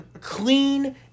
clean